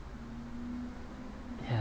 ya